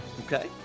Okay